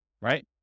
right